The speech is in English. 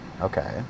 Okay